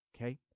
okay